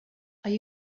are